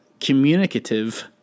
communicative